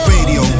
Radio